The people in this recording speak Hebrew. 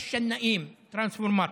שנאים, טרנספורמטור.